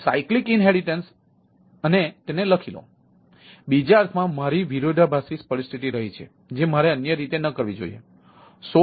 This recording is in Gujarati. તેથી સાયક્લીક ઈન્હેરિટન્સનું ઉલ્લંઘન થઈ શકે છે